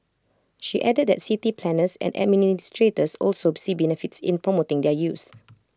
she added that city planners and administrators also see benefits in promoting their use